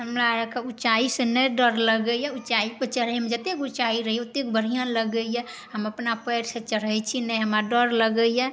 हमरा आरके उँचाइ सऽ नहि डर लगैए उँचाइ पर चढ़ैमे जत्ते उँचाइ रहैए ओत्ते बढ़िऑं लगैए हम अपना पएर सऽ चढ़ै छी नहि हमरा डर लगैए